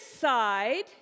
side